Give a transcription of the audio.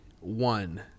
one